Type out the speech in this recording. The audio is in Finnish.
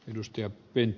työn tehnyt